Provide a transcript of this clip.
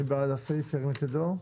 מי בעד הסעיף שירים את ידו.